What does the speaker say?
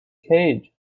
cage